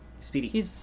Speedy